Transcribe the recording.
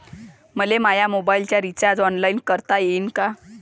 मले माया मोबाईलचा रिचार्ज ऑनलाईन करता येईन का?